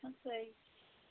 ہمساے